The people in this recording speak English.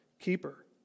keeper